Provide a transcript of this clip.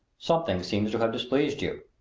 something seems to have displeased you.